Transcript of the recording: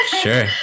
sure